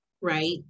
right